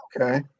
Okay